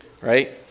right